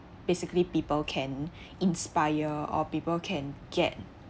basically people can inspire or people can get